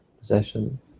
possessions